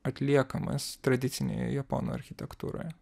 atliekamas tradicinėje japonų architektūroje